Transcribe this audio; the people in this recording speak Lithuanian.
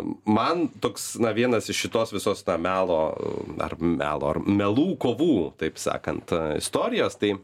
man toks na vienas iš šitos visos na melo ar melo ar melų kovų taip sakant istorijos tai